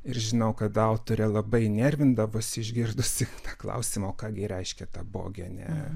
ir žinau kad autorė labai nervindavosi išgirdusi klausimą o ką gi reiškia ta bogenė